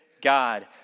God